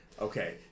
Okay